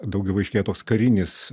daugiau aiškėja toks karinis